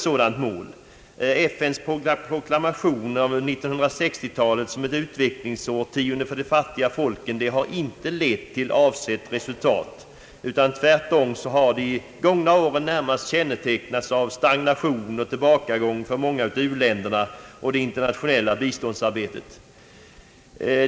FN:s proklamation av 1960-talet som ett utvecklingsårtionde för de fattiga folken har inte lett till avsett resultat — tvärtom har de gångna åren närmast kännetecknats av stagnation och tillbakagång för många u-länder, liksom för det internationella biståndsarbetet.